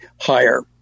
higher